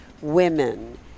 women